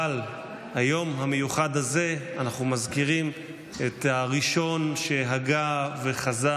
אבל ביום המיוחד הזה אנחנו מזכירים את הראשון שהגה וחזה.